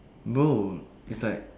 boom it's like